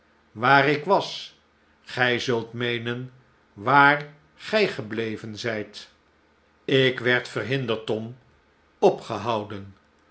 waar ik was gij zult meenen waar gij gebleven zijt ik werd verhinderd tom opgehouden